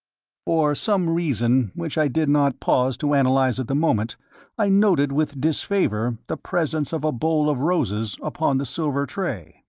for some reason which i did not pause to analyze at the moment i noted with disfavour the presence of a bowl of roses upon the silver tray.